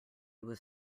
was